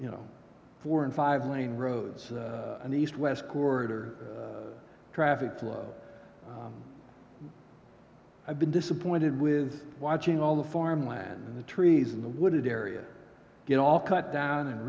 you know four and five lane roads and east west corridor traffic flow i've been disappointed with watching all the farmland in the trees in the wooded area get all cut down and